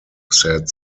said